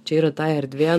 čia yra ta erdvė